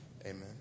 Amen